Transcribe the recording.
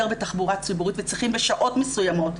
בתחבורה ציבורית וצריכים בשעות מסוימות,